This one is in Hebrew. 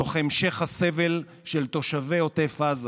תוך המשך הסבל של תושבי עוטף עזה.